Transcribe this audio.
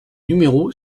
numéro